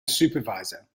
supervisor